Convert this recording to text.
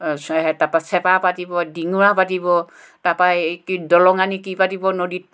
তাপা চেপা পাতিব ডিঙৰা পাতিব তাপা এই দলং আনি কি পাতিব নদীত